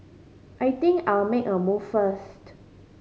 I think I'll make a move first